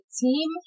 team